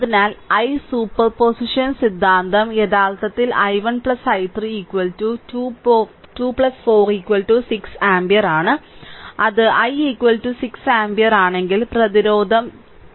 അതിനാൽ i superposition സിദ്ധാന്തം i യഥാർത്ഥത്തിൽ i1 i3 2 4 6 ആമ്പിയർ അത് i 6 ആമ്പിയർ ആണെങ്കിൽ പ്രതിരോധം 2Ω ആയിരുന്നു